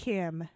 Kim